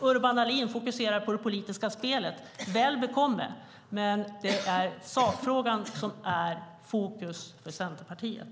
Urban Ahlin fokuserar på det politiska spelet. Väl bekomme, men det är sakfrågan som är fokus för Centerpartiet.